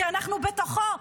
כי אנחנו בתוכו,